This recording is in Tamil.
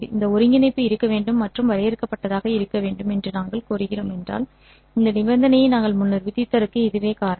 இந்த ஒருங்கிணைப்பு இருக்க வேண்டும் மற்றும் வரையறுக்கப்பட்டதாக இருக்க வேண்டும் என்று நாங்கள் கோருகிறோம் என்றால் இந்த நிபந்தனையை நாங்கள் முன்னர் விதித்ததற்கு இதுவே காரணம்